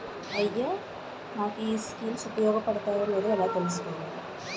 అయ్యా నాకు ఈ స్కీమ్స్ ఉపయోగ పడతయో లేదో ఎలా తులుసుకోవాలి?